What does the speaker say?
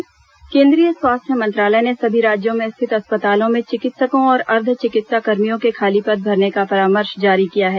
स्वास्थ्य मंत्रालय चिकित्सक केन्द्रीय स्वास्थ्य मंत्रालय ने सभी राज्यों में स्थित अस्पतालों में चिकित्सकों और अर्द्व चिकित्साकर्मियों के खाली पद भरने का परामर्श जारी किया है